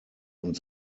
und